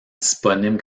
disponible